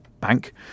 bank